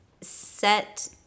set